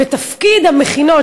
ותפקיד המכינות,